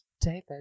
David